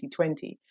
2020